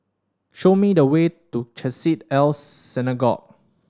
show me the way to Chesed El Synagogue